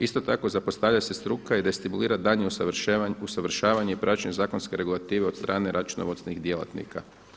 Isto tako zapostavlja se struka i destimulira daljnje usavršavanje i praćenje zakonske regulative od strane računovodstvenih djelatnika.